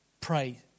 pray